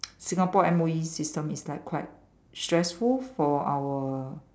Singapore M_O_E system is like quite stressful for our